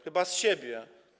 Chyba z siebie.